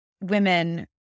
women